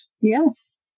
Yes